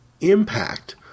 impact